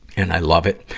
and i love it.